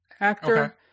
actor